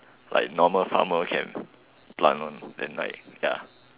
like normal farmer can plant one then like ya